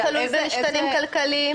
לא תלוי במשתנים כלכליים?